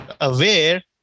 aware